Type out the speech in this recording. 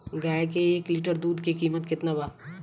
गाए के एक लीटर दूध के कीमत केतना बा?